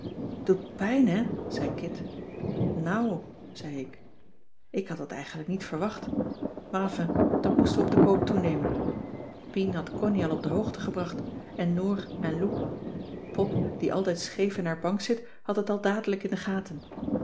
doet pijn hé zei kit nou zei ik ik had dat eigenlijk niet verwacht maar enfin dat moesten we op den koop toenemen pien had connie al op de hoogte gebracht en noor en lou pop die altijd scheef in haar bank zit had het al dadelijk in de gaten